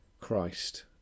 christ